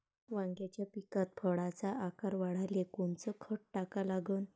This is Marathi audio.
वांग्याच्या पिकात फळाचा आकार वाढवाले कोनचं खत टाका लागन?